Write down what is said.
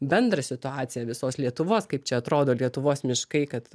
bendrą situaciją visos lietuvos kaip čia atrodo lietuvos miškai kad